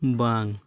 ᱵᱟᱝ